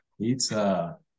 pizza